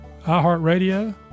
iHeartRadio